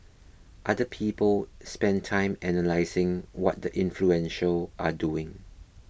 other people spend time analysing what the influential are doing